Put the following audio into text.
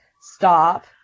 stop